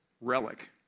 relic